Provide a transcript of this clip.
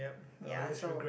ya so